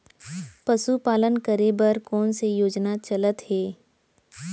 पशुपालन करे बर कोन से योजना चलत हे?